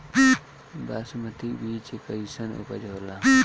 बासमती बीज कईसन उपज होला?